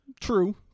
True